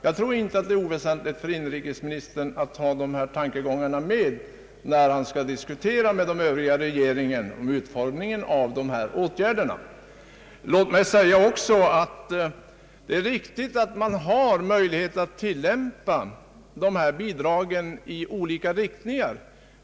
Jag tror inte att det är oväsentligt för inrikesministern att ha med dessa tankegångar när han skall diskutera med den övriga regeringen om utformningen av åtgärderna. Låt mig också säga att det är riktigt att man har möjlighet att tillämpa dessa bidrag för flyttning i olika riktningar.